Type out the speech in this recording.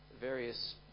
various